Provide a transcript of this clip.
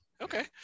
Okay